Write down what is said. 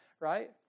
Right